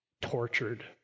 tortured